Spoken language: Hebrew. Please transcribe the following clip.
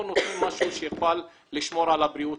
או נותנים משהו שיוכל לשמור על הבריאות